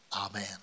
Amen